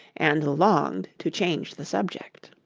and longed to change the subject.